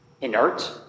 Inert